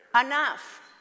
Enough